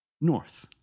north